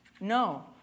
No